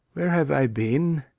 where have i been?